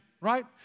right